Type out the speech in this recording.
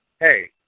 hey